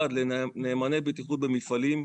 אחד: לנאמני בטיחות במפעלים,